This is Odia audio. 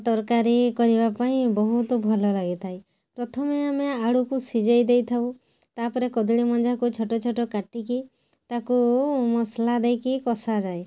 ତରକାରୀ କରିବା ପାଇଁଁ ବୋହୁତ ଭଲ ଲାଗିଥାଏ ପ୍ରଥମେ ଆମେ ଆଳୁକୁ ସିଝାଇ ଦେଇଥାଉ ତାପରେ କଦଳୀ ମଞ୍ଜାକୁ ଛୋଟ ଛୋଟ କାଟିକି ତାକୁ ମସଲା ଦେଇକି କଷାଯାଏ